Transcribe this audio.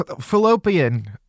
fallopian